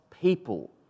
people